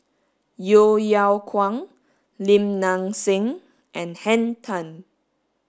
Yeo Yeow Kwang Lim Nang Seng and Henn Tan